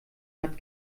hat